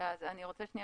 רוצה לחדד.